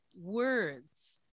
words